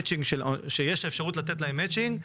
שיש אפשרות לתת לזה מצ׳ינג,